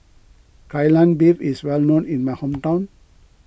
Kai Lan Beef is well known in my hometown